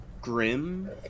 grim